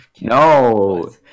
No